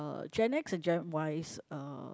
uh gen X and gen Ys uh